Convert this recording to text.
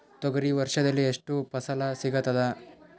ತೊಗರಿ ವರ್ಷದಲ್ಲಿ ಎಷ್ಟು ಫಸಲ ಸಿಗತದ?